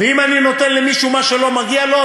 ואם אני נותן למישהו מה שלא מגיע לו,